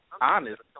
honest